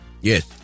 Yes